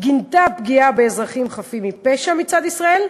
היא גינתה פגיעה באזרחים חפים מפשע מצד ישראל,